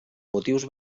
motius